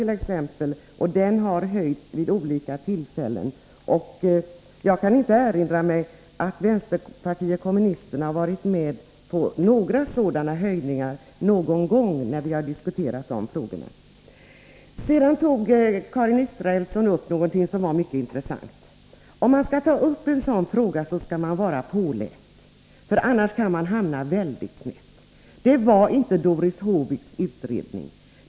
Beloppet har sedan höjts vid olika tillfällen. Jag kan inte erinra mig att vänsterpartiet kommunisterna någon gång varit med på några sådana höjningar när vi har diskuterat dessa frågor. Karin Israelsson tog upp någonting mycket intressant, nämligen utredningsförslaget när det gäller ersättning till hemarbetande. Om man skall ta upp en sådan fråga skall man vara påläst, annars kan man hamna mycket snett. Det var inte ”Doris Håviks utredning”.